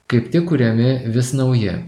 kaip tik kuriami vis nauji